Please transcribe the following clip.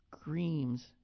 screams